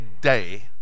day